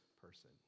person